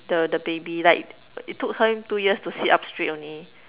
the the baby like it took him two years to sit up straight only